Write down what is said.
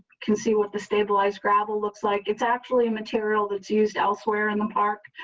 can see what the stabilized gravel looks like it's actually a material that's used elsewhere in the park.